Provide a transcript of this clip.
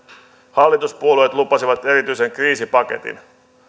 hallituspuolueet lupasivat erityisen kriisipaketin